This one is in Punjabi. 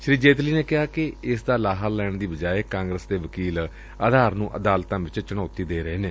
ਸ੍ਰੀ ਜੇਤਲੀ ਨੇ ਕਿਹਾ ਕਿ ਇਸ ਦਾ ਲਾਹਾ ਲੈਣ ਦੀ ਬਜਾਏ ਕਾਂਗਰਸ ਦੇ ਵਕੀਲ ਆਧਾਰ ਨੂੰ ਅਦਾਲਤਾ ਚ ਚੁਣੌਤੀ ਦੇ ਰਹੇ ਨੇ